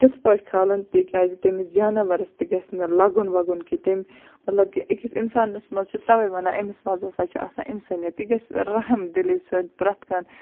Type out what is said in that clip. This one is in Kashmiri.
تِتھ پٲٹھۍ کھالُن تِکیٛازِ تٔمِس جانَورَس تہِ گژھِ نہٕ لَگُن وَگُن کیٚنہہ تیٚمۍ مطلب کہِ أکِس اِنسانَس منٛز چھِ تَوَے وَنان أمِس منٛز ہسا چھِ آسان اِنسٲنِیت یہِ گژھِ رحم دِلّی سۭتۍ پرٛٮ۪تھ کانٛہہ